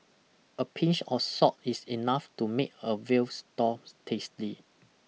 a pinch of salt is enough to make a veal store tasty